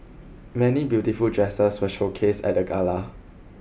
many beautiful dresses were showcased at the gala